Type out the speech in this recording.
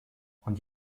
und